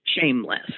shameless